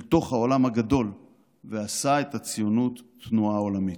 תוך העולם הגדול ועשה את הציונות תנועה עולמית.